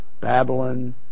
Babylon